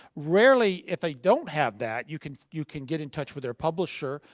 rarely, if they don't have that, you can you can get in touch with their publisher.